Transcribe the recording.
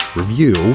review